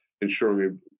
ensuring